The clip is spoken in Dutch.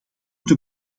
ten